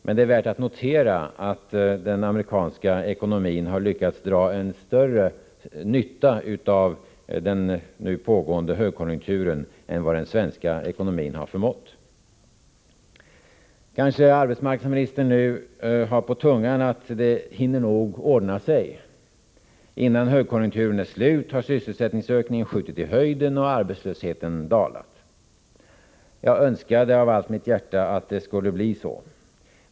Men det är värt att notera att den amerikanska ekonomin har lyckats dra större nytta av den nuvarande högkonjunkturen än den svenska ekonomin förmått att göra. Kanske arbetsmarknadsministern nu har på tungan att det nog hinner ordna sig. Innan högkonjunkturen är slut har sysselsättningsökningen skjutit i höjden och arbetslösheten dalat. Jag önskade av allt mitt hjärta att det skulle bli så.